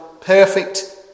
perfect